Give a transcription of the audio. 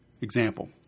Example